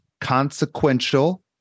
consequential